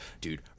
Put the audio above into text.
Dude